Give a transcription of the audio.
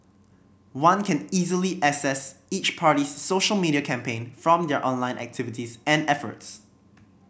one can easily assess each party's social media campaign from their online activities and efforts